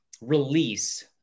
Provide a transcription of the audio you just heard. release